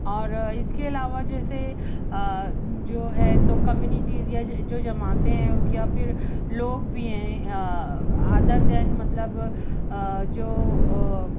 اور اس کے علاوہ جیسے جو ہے تو کمیونٹیز یا جو جماعتیں ہیں یا پھر لوگ بھی ہیں ادر دین مطلب جو